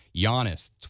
Giannis